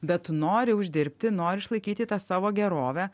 bet tu nori uždirbti nori išlaikyti tą savo gerovę